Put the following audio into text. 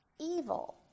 evil